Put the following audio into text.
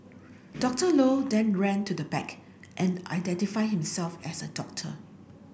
Doctor Low then ran to the back and identified himself as a doctor